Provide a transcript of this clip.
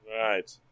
Right